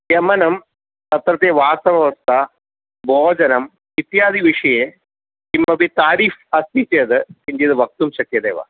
गमनं तत्रत्य वासववस्था भोजनम् इत्यादि विषये किमपि तारीफ़् अस्ति चेद् किञ्चिद् वक्तुं शक्यते वा